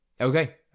okay